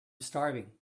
starving